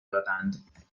دادند